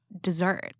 Dessert